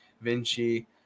Vinci